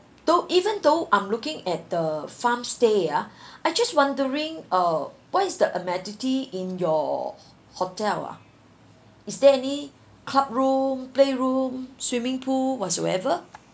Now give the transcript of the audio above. though even though I'm looking at the farm's stay ah I just wandering uh what is the amenity in your hotel ah is there any club room playroom swimming pool whatsoever